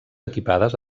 equipades